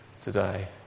today